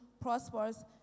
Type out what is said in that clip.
prosperous